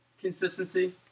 consistency